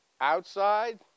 outside